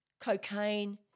cocaine